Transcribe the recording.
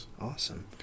Awesome